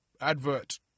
advert